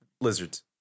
Lizards